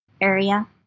area